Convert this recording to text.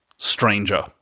Stranger